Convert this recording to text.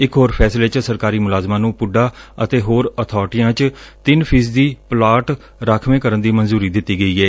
ਇਕ ਹੋਰ ਫੈਸਲੇ ਚ ਸਰਕਾਰੀ ਮੁਲਾਜ਼ਮਾਂ ਨੂੰ ਪੁੱਡਾ ਅਤੇ ਹੋਰ ਅਬਾਰਟੀਆਂ ਚ ਤਿੰਨ ਫ਼ੀਸਦੀ ਪਲਾਟ ਰਾਖਵੇਂ ਕਰਨ ਦੀ ਮਨਜੁਰੀ ਦਿੱਤੀ ਗਈ ਏ